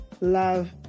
love